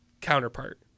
counterpart